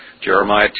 Jeremiah